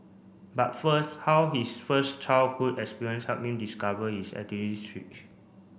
but first how his first childhood experience help him discover his